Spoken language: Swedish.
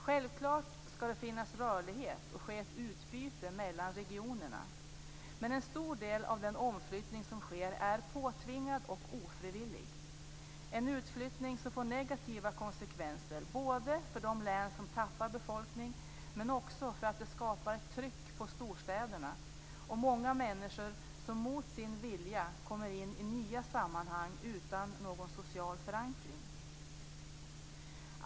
Självklart skall det finnas rörlighet och ske ett utbyte mellan regionerna, men en stor del av den omflyttning som sker är påtvingad och ofrivillig, en utflyttning som får negativa konsekvenser både för de län som tappar befolkning och genom att ett tryck skapas på storstäderna. Många människor kommer mot sin vilja in i nya sammanhang utan någon social förankring.